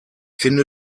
finde